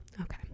Okay